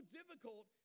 difficult